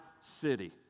city